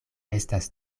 estas